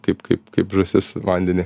kaip kaip kaip žąsis vandenį